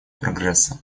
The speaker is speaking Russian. прогресса